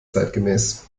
zeitgemäß